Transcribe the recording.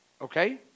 Okay